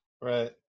Right